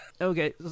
Okay